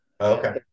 Okay